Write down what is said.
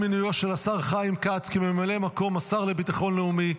מינויו של השר חיים כץ כממלא מקום השר לביטחון לאומי,